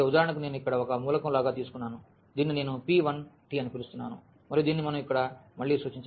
కాబట్టి ఉదాహరణకు నేను ఇక్కడ ఒక మూలకం లాగా తీసుకున్నాను దీనిని నేను p1 అని పిలుస్తున్నాను మరియు దీనిని మనం ఇక్కడ మళ్ళీ సూచించవచ్చు